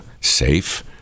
safe